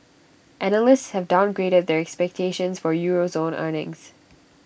analysts have downgraded their expectations for euro zone earnings